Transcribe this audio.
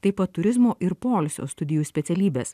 taip pat turizmo ir poilsio studijų specialybes